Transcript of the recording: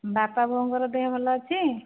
ବାପା ବୋଉଙ୍କର ଦେହ ଭଲ ଅଛି